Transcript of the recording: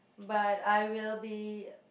but I will be